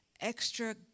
extra